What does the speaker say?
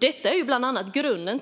Detta är bland annat bakgrunden